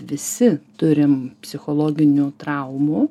visi turim psichologinių traumų